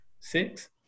six